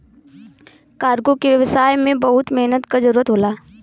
cargo के व्यवसाय में बहुत मेहनत क जरुरत होला